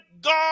God